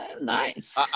Nice